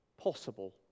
possible